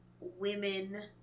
women